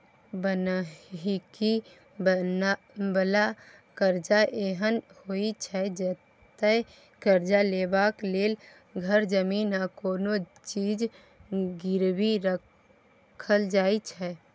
बन्हकी बला करजा एहन होइ छै जतय करजा लेबाक लेल घर, जमीन आ कोनो चीज गिरबी राखल जाइ छै